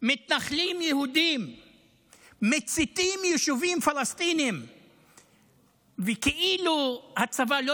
מתנחלים יהודים מציתים פלסטינים וכאילו הצבא לא